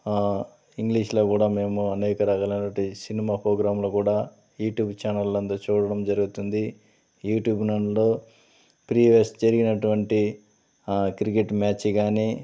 ఇంగ్లీష్లో గూడ మేము అనేక రకాలైనటువంటి సినిమా పోగ్రామ్లు కూడా యూట్యూబ్ ఛానెల్ నందు చూడడం జరుగుతుంది యూట్యూబ్ నందు ప్రీవియస్ జరిగినటువంటి క్రికెట్ మ్యాచి కానీ